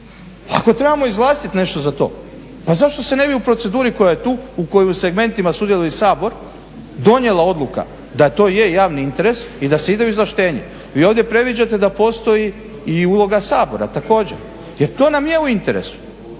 Ako trebamo izvlastit nešto za to, pa zašto se ne bi u proceduri koja je tu, u kojoj u segmentima sudjeluje i Sabor donijela odluka da to je javni interes i da se ide u izvlaštenje. Vi ovdje predviđate da postoji i uloga Sabora također, jer to nam je u interesu.